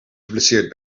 geblesseerd